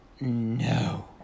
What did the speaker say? No